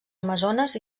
amazones